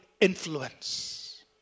influence